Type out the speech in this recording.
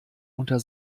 unter